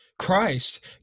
Christ